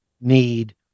need